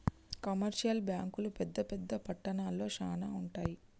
commercial బ్యాంకులు పెద్ద పెద్ద పట్టణాల్లో శానా ఉంటయ్